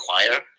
require